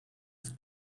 met